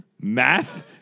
Math